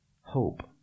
hope